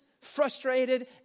frustrated